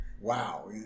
Wow